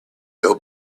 ill